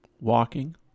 walking